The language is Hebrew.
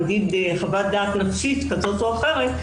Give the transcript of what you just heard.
למשל חוות דעת נפשית כזאת או אחרת,